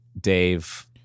Dave